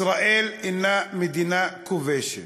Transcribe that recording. ישראל היא מדינה כובשת.